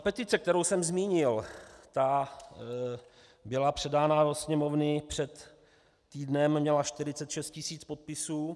Petice, kterou jsem zmínil, ta byla předána do Sněmovny před týdnem, měla 46 tisíc podpisů.